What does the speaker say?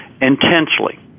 intensely